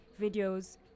videos